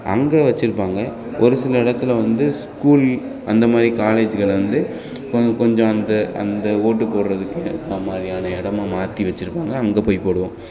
அங்கே வச்சிருப்பாங்கள் ஒரு சில இடத்துல வந்து ஸ்கூல் அந்த மாதிரி காலேஜ்களை வந்து கொஞ்ச கொஞ்சம் அந்த அந்த ஓட்டு போடுறதுக்கு ஏத்த மாதிரியான இடமா மாற்றி வச்சிருக்காங்க அங்கே போய் போடுவோம்